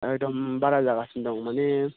एदम बारा जागासिनो दं माने